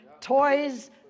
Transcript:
toys